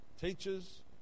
Teachers